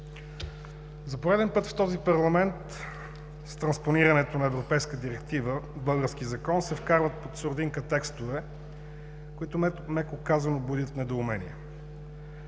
За пореден път в този парламент с транспонирането на европейска директива в български закон се вкарват под сурдинка текстове, които, меко казано, будят недоумение.